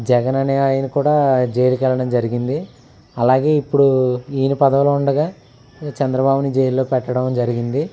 జగన్ అనే ఆయన కూడా జైలుకెళ్ళడం జరిగింది అలాగే ఇప్పుడు ఈయన పదవిలో ఉండగా చంద్రబాబుని జైల్లో పెట్టడం జరిగింది